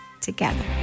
together